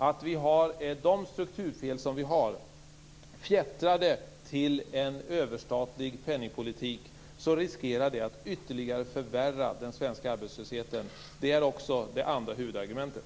Att vi har de strukturfel som vi har fjättrade till en överstatlig penningpolitik riskerar att ytterligare förvärra den svenska arbetslösheten. Det är också det andra huvudargumentet.